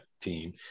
team